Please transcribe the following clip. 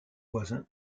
voisin